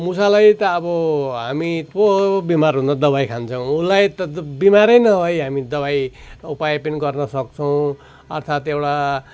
मुसालाई त अब हामी पो बिमार हुँदा दबाई खान्छौँ उसलाई त बिमारै नभई हामी दबाई उपाय पनि गर्न सक्छौँ अर्थात् एउटा